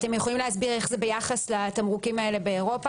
תוכלו להסביר איך זה ביחס לתמרוקים האלה באירופה,